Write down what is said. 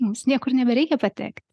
mums niekur nebereikia patek